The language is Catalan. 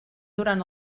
durant